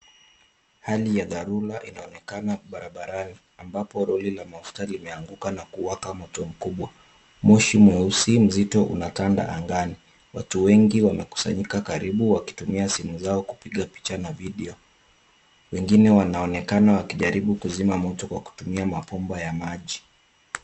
Hali ya dharura inaonekana barabarani ambapo Lori ya mafuta imeaguka na kuwaka moto mkubwa. Moshi mkubwa nyeusi imetanda angani. Watu wamekusanyika huku wakitumia simu zao kuchukua picha na video. Wengine wakionekana wakijaribu kuzima moto wakitumia mabomba ya maji.